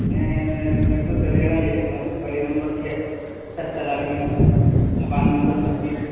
میں میں تو دریا گنج ہی رہتا ہوں گلی نمبر چھ چھتہ لال میاں مکان نمبر چھبیس